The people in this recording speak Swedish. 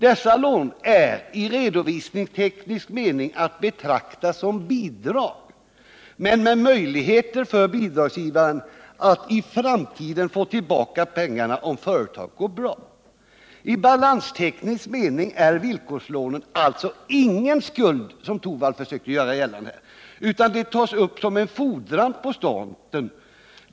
Dessa lån är i redovisningsteknisk mening att betrakta som bidrag med möjligheter för bidragsgivaren att i framtiden få tillbaka pengarna om företaget går bra. I balansteknisk mening är villkorslån alltså ingen skuld, som Rune Torwald försöker göra gällande, utan de tas upp såsom en fordran på staten.